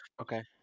Okay